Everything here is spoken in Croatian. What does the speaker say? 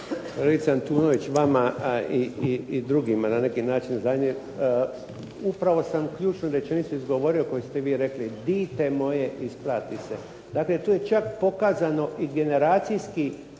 Antunović, vama i drugima na neki način. Upravo sam ključnu rečenicu izgovorio koju ste vi rekli: "Dite moje isplati se.". Dakle, tu je čak pokazano i generacijski